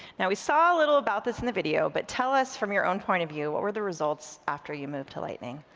now, we saw a little about this in the video, but tell us from your own point of view, what were your results after you moved to lightning?